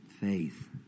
faith